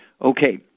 Okay